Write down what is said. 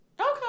Okay